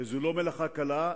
זו לא מלאכה קלה,